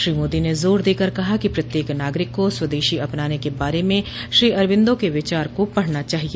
श्री मोदी ने जोर देकर कहा कि प्रत्येक नागरिक को स्वदेशी अपनाने के बारे में श्री अरबिंदो के विचारों को पढ़ना चाहिए